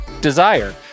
Desire